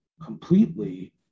completely